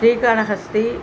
Srikalahasti